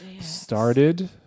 started